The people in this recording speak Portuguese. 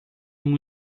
uma